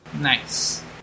Nice